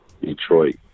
Detroit